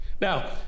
Now